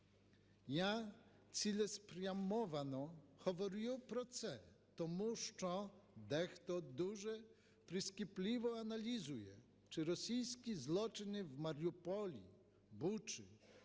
Я цілеспрямовано говорю про це, тому що дехто дуже прискіпливо аналізує, чи російські злочини в Маріуполі, Бучі,